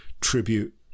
tribute